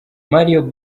marion